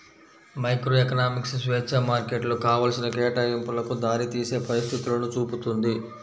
microeconomics స్వేచ్ఛా మార్కెట్లు కావాల్సిన కేటాయింపులకు దారితీసే పరిస్థితులను చూపుతుంది